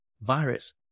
virus